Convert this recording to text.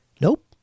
Nope